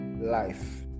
life